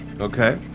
okay